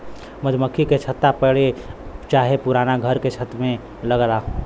मधुमक्खी के छत्ता पेड़ चाहे पुराना घर के छत में लगला